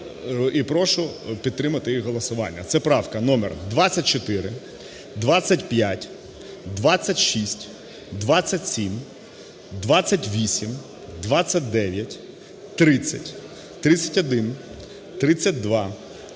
і прошу підтримати їх голосування. Це правка номер 24, 25, 26, 27, 28, 29, 30, 31, 32,